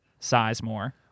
Sizemore